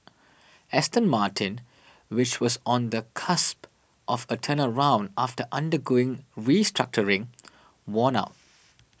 Aston Martin which was on the cusp of a turnaround after undergoing restructuring won out